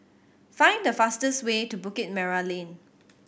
find the fastest way to Bukit Merah Lane